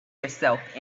yourself